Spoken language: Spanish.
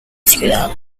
ciudad